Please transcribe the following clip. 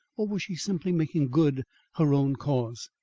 or was she simply making good her own cause?